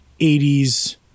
80s